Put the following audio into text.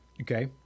Okay